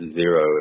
Zero